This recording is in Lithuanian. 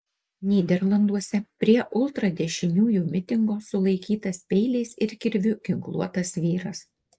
nyderlanduose prie ultradešiniųjų mitingo sulaikytas peiliais ir kirviu ginkluotas vyras